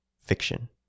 fiction